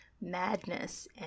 madness